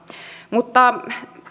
mutta